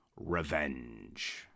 Revenge